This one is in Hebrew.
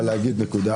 אבל אני אגיד נקודה.